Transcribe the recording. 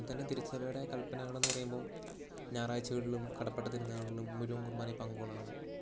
അതിൽ തന്നെ തിരുസഭയുടെ കൽപ്പനകൾന്ന് പറയുമ്പോൾ ഞായറാഴ്ച്ചകളിലും കടപ്പെട്ട തിരുനാളിനും മുഴുവൻ കുർബാനയിൽ പങ്കുകൊള്ളണം